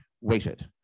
waited